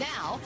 Now